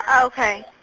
Okay